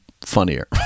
funnier